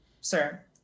sir